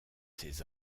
ses